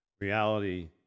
reality